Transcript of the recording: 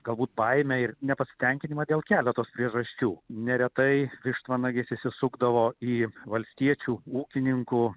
galbūt baimę ir nepasitenkinimą dėl keletos priežasčių neretai vištvanagis įsisukdavo į valstiečių ūkininkų